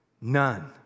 None